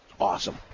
Awesome